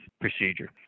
procedure